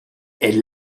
est